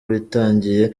bitangiye